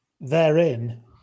therein